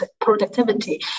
productivity